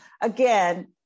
again